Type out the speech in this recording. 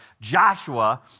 Joshua